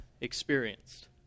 experienced